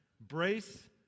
Brace